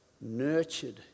nurtured